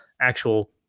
actual